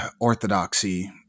orthodoxy